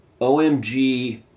Omg